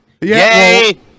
yay